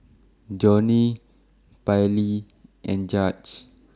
Johnnie Pairlee and Judge